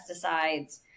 pesticides